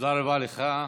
תודה רבה לך.